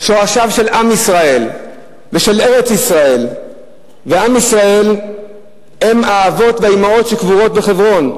השורשים של עם ישראל ושל ארץ-ישראל הם האבות והאמהות שקבורים בחברון.